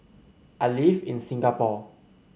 I live in Singapore